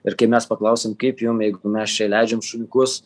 ir kai mes paklausėm kaip jum jeigu mes čia įleidžiam šuniukus